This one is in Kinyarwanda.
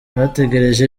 bategereje